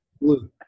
Blue